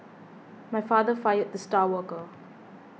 my father fired the star worker